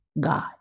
God